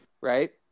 right